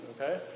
Okay